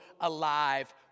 alive